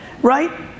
right